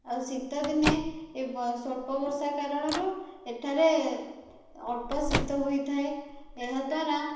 ଆଉ ଶୀତ ଦିନେ ସ୍ୱଳ୍ପ ବର୍ଷା କାରଣରୁ ଏଠାରେ ଅଳ୍ପ ଶୀତ ହୋଇଥାଏ ଏହାଦ୍ୱାରା